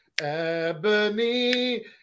Ebony